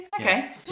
Okay